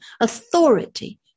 authority